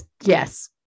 yes